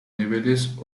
niveles